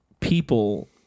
People